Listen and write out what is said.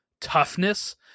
toughness